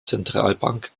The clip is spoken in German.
zentralbank